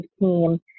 team